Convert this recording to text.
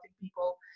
people